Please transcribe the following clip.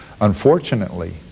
Unfortunately